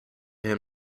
him